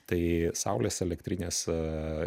tai saulės elektrinės a